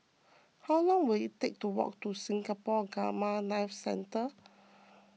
how long will it take to walk to Singapore Gamma Knife Centre